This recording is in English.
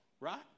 right